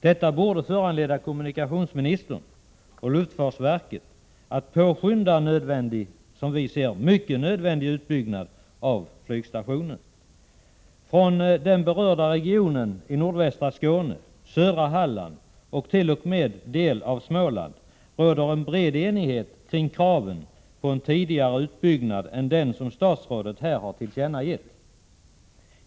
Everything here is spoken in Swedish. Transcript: Detta borde föranleda kommunikationsministern och luftfartsverket att påskynda en nödvändig — och som vi ser det mycket nödvändig — utbyggnad av flygstationen. Inom den berörda regionen — nordvästra Skåne, södra Halland och en del av Småland — råder det bred enighet om kravet på en tidigare utbyggnad än den som statsrådet här har tillkännagett.